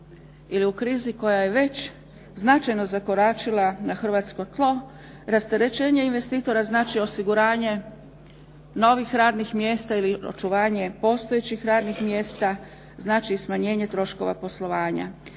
ili u krizi koja je već značajno zakoračila na hrvatsko tlo rasterećenje investitora znači osiguranje novih radnih mjesta ili očuvanje postojećih radnih mjesta, znači smanjenje troškova poslovanja